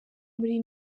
muri